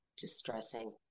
distressing